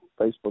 Facebook